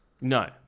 No